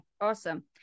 Awesome